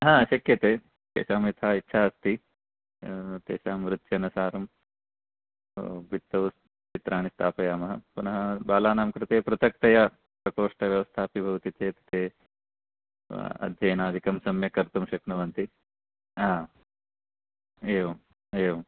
हा शक्यते तेषां यथा इच्छा अस्ति तेषां वृत्त्यनुसारं भित्तौ चित्राणि स्थापयामः पुनः बालानां कृते पृथक्तया प्रकोष्ठव्यवस्था अपि भवति चेत् ते अध्ययनादिकं सम्यक् कर्तुं शक्नुवन्ति आम् एवम् एवं